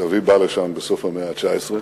סבי בא לשם בסוף המאה ה-19.